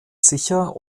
sicher